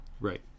Right